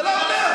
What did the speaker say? זה לא הולך.